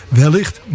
wellicht